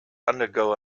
undergo